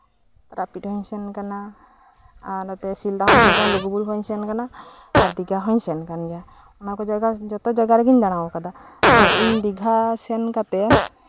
ᱛᱟᱨᱟᱯᱤᱴ ᱦᱚᱧ ᱥᱮᱱ ᱠᱟᱱᱟ ᱥᱤᱞᱫᱟ ᱦᱚᱧ ᱥᱮᱱ ᱠᱟᱱᱟ ᱞᱩᱜᱩᱵᱩᱨᱩ ᱦᱚᱧ ᱥᱮᱱ ᱠᱟᱱᱟ ᱟᱨ ᱫᱤᱜᱷᱟ ᱦᱚᱧ ᱥᱮᱱ ᱠᱟᱱ ᱜᱮᱭᱟ ᱚᱱᱟᱠᱚ ᱡᱚᱛᱚ ᱡᱟᱭᱜᱟ ᱨᱮᱜᱤᱧ ᱫᱟᱬᱟ ᱠᱟᱱᱟ ᱛᱳ ᱤᱧ ᱫᱤᱜᱷᱟ ᱥᱮᱱ ᱠᱟᱛᱮᱜ